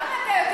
למה אתה יותר